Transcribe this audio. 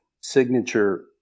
signature